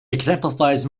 exemplifies